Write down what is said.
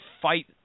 fight